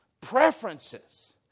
preferences